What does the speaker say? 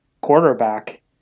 quarterback